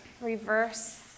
reverse